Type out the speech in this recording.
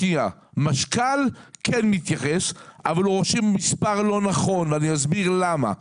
משכ"ל כן מתייחס אבל הוא רושם מספר לא נכון ואני אסביר למה.